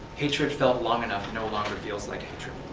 hatred felt long enough no longer feels like hatred,